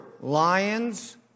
lions